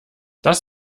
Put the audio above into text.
das